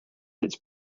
its